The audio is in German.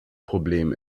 problem